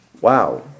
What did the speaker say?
Wow